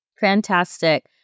Fantastic